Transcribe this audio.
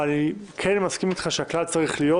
אבל כן אני מסכים אתך שהכלל צריך להיות